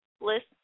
list